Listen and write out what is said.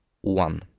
One